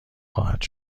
خواهد